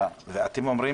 ואתם אומרים